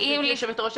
גברתי היושבת ראש,